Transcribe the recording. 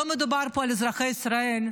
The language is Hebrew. לא מדובר פה על אזרחי ישראל,